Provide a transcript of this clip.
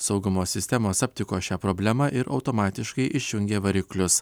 saugumo sistemos aptiko šią problemą ir automatiškai išjungė variklius